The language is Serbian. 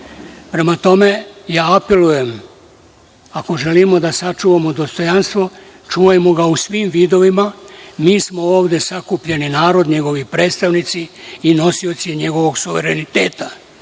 tome, apelujem, ako želimo da sačuvamo dostojanstvo, čuvajmo ga u svim vidovima. Mi smo ovde sakupljeni narod, njegovi predstavnici i nosioci njegovog suvereniteta.